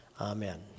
Amen